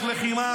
דרך אגב,